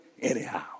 anyhow